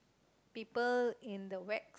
people in the wax